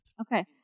Okay